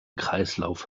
kreislauf